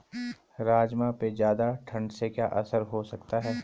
राजमा पे ज़्यादा ठण्ड से क्या असर हो सकता है?